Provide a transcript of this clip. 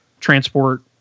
transport